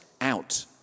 out